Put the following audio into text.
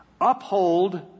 uphold